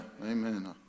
amen